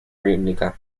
rítmica